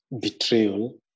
betrayal